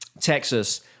Texas